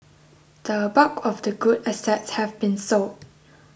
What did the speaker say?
the bulk of the good assets have been sold